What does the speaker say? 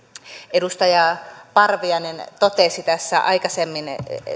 edustaja parviainen totesi aikaisemmin sen